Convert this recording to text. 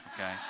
Okay